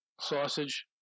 sausage